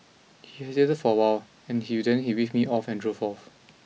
he hesitated for a while and he then he waved me off and drove off